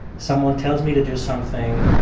someone tells me to do something,